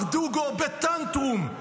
ברדוגו בטנטרום.